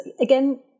again